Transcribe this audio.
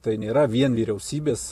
tai nėra vien vyriausybės